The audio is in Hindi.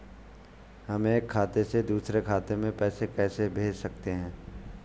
हम एक खाते से दूसरे खाते में पैसे कैसे भेज सकते हैं?